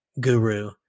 guru